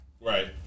Right